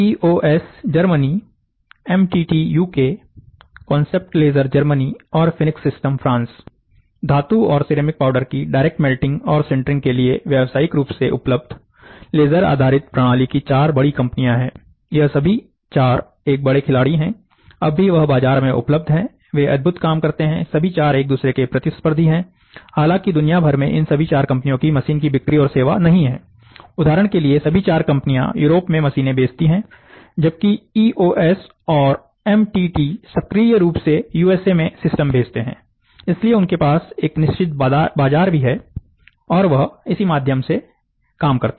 ई O S Germany M T T UK concept laser Germany और Phoenix system France धातु और ceramic powder की direct melting और sintering के लिए व्यवसायिक रूप से उपलब्ध लेजर आधारित प्रणाली की चार बड़ी कंपनियां है यह सभी 4 एक बड़े खिलाड़ी हैं अब भी वह बाजार में उपलब्ध हैं वे अद्भुत काम करते हैं सभी चार एक दूसरे के प्रतिस्पर्धी हैं हालांकि दुनियाभर में इन सभी चार कंपनियों की मशीन की बिक्री और सेवा नहीं है उदाहरण के लिए सभी 4 कंपनियां यूरोप में मशीनें बेचती हैं जबकि इ ओ एस और एम टी टी सक्रिय रूप से यूएसए में सिस्टम भेजते हैं इसलिए उनके पास एक निश्चित बाजार भी है और वह इस माध्यम से ही काम करते हैं